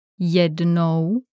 jednou